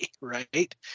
right